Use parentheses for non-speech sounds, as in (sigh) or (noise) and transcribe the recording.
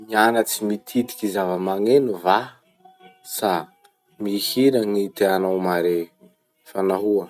(noise) Mianatsy mititiky zavamaneno va sa mihira gny tianao mare? Fa nahoa?